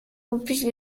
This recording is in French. rompit